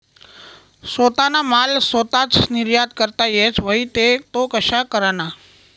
सोताना माल सोताच निर्यात करता येस व्हई ते तो कशा कराना?